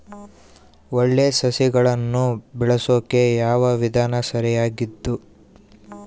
ಒಳ್ಳೆ ಸಸಿಗಳನ್ನು ಬೆಳೆಸೊಕೆ ಯಾವ ವಿಧಾನ ಸರಿಯಾಗಿದ್ದು?